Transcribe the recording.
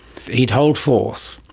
he'd hold forth,